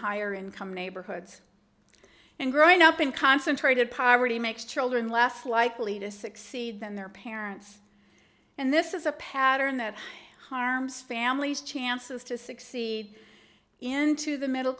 higher income neighborhoods and growing up in concentrated poverty makes children less likely to succeed than their parents and this is a pattern that harms families chances to succeed in to the middle